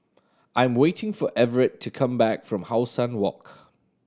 I am waiting for Everett to come back from How Sun Walk